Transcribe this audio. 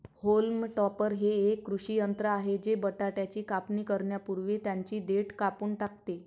haulm topper हे एक कृषी यंत्र आहे जे बटाट्याची कापणी करण्यापूर्वी त्यांची देठ कापून टाकते